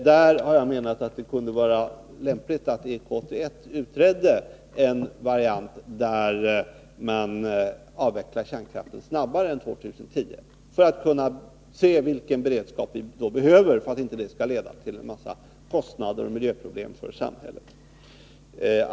Jag har menat att det kunde vara lämpligt att EK 81 utredde en variant där man avvecklar kärnkraften snabbare än till år 2010, för att vi skall kunna se vilken beredskap vi då behöver för att det inte skall uppstå en massa kostnader och miljöproblem för samhället.